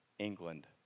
England